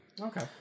Okay